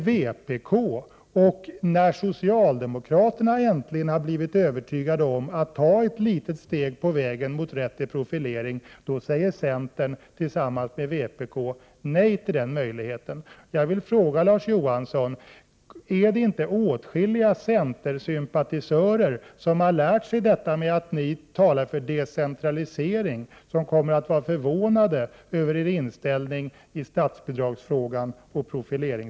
Men när socialdemokraterna äntligen har blivit övertygade om att ta ett litet steg på vägen mot en rätt till profilering, går centern, som säger sig vilja decentralisera, ihop med vpk och säger tillsammans med vpk nej till den möjligheten. Jag vill fråga Larz Johansson om inte åtskilliga av centerns sympatisörer, som lärt sig att ni talar för decentralisering, kommer att bli förvånade över er inställning när det gäller statsbidrag och profilering.